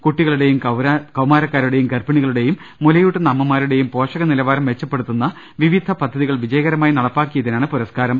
കുട്ടികളുടെയും കൌമാരക്കാരുടെയും ഗർഭിണികളുടെയും മുല യൂട്ടുന്ന അമ്മമാരുടെയും പോഷക നിലവാരം മെച്ചപ്പെടുത്തുന്ന വിവിധ പദ്ധതികൾ വിജയകരമായി നടപ്പാക്കിയതിനാണ് പുരസ്കാ രം